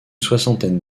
soixantaine